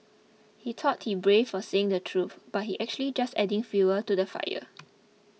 he thought he's brave for saying the truth but he's actually just adding fuel to the fire